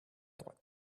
droite